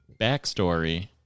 Backstory